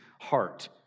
heart